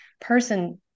person